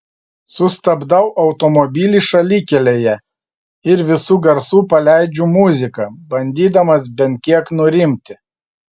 sustabdau automobilį šalikelėje ir visu garsu paleidžiu muziką bandydamas bent kiek nurimti